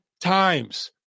times